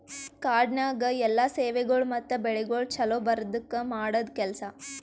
ಕಾಡನ್ಯಾಗ ಎಲ್ಲಾ ಸೇವೆಗೊಳ್ ಮತ್ತ ಬೆಳಿಗೊಳ್ ಛಲೋ ಬರದ್ಕ ಮಾಡದ್ ಕೆಲಸ